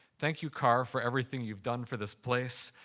thank you, carr, for everything you've done for this place.